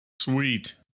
Sweet